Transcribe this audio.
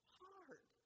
hard